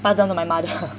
pass down to my mother